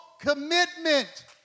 commitment